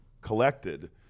collected